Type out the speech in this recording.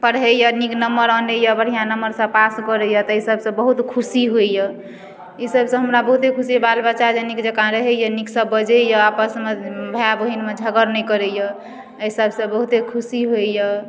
पढ़ैया नीक नम्बर अनैया बढ़िऑं नम्बरसँ पास करैया ताहि सभसँ बहुत खुशी होइया ईसभसँ हमरा बहुते खुशी बाल बच्चा जे नीक जकाँ रहैया नीकसँ बजैया आपसमे भाय बहिनमे झगड़ नहि करैया एहि सभसँ बहुते खुशी होइया